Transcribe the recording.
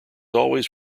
always